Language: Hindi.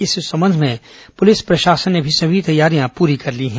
इस संबंध में पुलिस प्रशासन ने अपनी सभी तैयारियां पूरी कर ली है